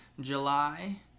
July